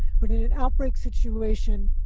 but in an outbreak situation,